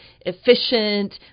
efficient